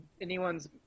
anyone's